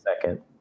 second